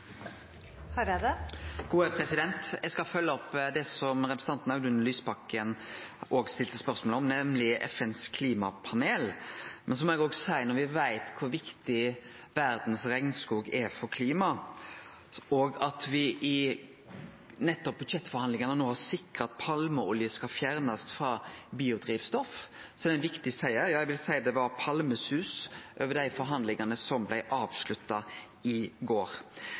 representanten Audun Lysbakken stilte spørsmål om, nemleg FNs klimapanel. Men så må eg òg seie at når me veit kor viktig verdas regnskog er for klima, og at me i budsjettforhandlingane nettopp har sikra at palmeolje skal fjernast frå biodrivstoff, så er det ein viktig siger – ja, eg vil seie det var palmesus over dei forhandlingane som blei avslutta i går.